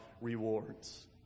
rewards